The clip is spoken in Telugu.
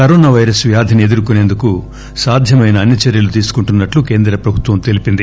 కరోనా పైరస్ వ్యాధిని ఎదుర్కొనేందుకు సాధ్యమైన అన్ని చర్యలు తీసుకుంటున్నట్లు కేంద్ర ప్రభుత్వం తెలిపింది